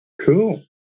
cool